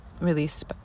released